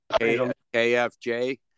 KFJ